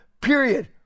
period